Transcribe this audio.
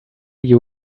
you